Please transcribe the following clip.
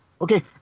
okay